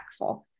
impactful